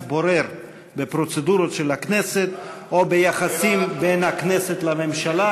בורר בפרוצדורות של הכנסת או ביחסים בין הכנסת לממשלה,